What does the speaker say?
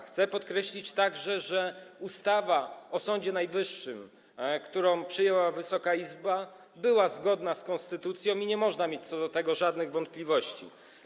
Chcę podkreślić także, że ustawa o Sądzie Najwyższym, którą przyjęła Wysoka Izba, była zgodna z konstytucją i nie można mieć co do tego żadnych wątpliwości.